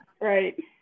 right